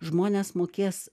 žmonės mokės